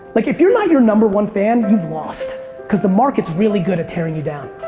like if you're not your number one fan, you've lost cause the market's really good at tearing you down.